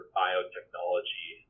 biotechnology